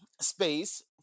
space